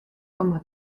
como